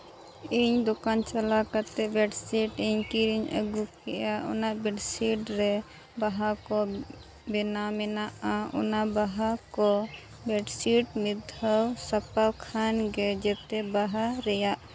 ᱤᱧ ᱫᱚᱠᱟᱱ ᱪᱟᱞᱟᱣ ᱠᱟᱛᱮ ᱵᱮᱰᱥᱤᱴ ᱤᱧ ᱠᱤᱨᱤᱧ ᱟᱹᱜᱩ ᱠᱮᱜᱼᱟ ᱚᱱᱟ ᱵᱮᱰᱥᱤᱴ ᱨᱮ ᱵᱟᱦᱟ ᱠᱚ ᱵᱮᱱᱟᱣ ᱢᱮᱱᱟᱜᱼᱟ ᱚᱱᱟ ᱵᱟᱦᱟ ᱠᱚ ᱵᱮᱰᱥᱤᱴ ᱢᱤᱫ ᱫᱷᱟᱣ ᱥᱟᱯᱷᱟ ᱠᱷᱟᱡ ᱜᱮ ᱡᱮᱛᱮ ᱵᱟᱦᱟ ᱨᱮᱭᱟᱜ